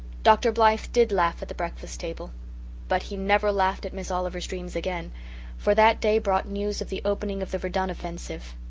dr. blythe did laugh at the breakfast table but he never laughed at miss oliver's dreams again for that day brought news of the opening of the verdun offensive,